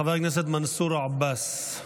חבר הכנסת מנסור עבאס.